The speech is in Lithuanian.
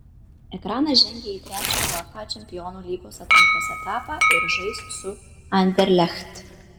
ekranas žengė į trečią uefa čempionų lygos atrankos etapą ir žais su anderlecht